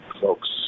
folks